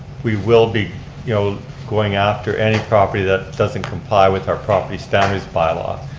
we will be you know going after any property that doesn't comply with our property standards bylaw,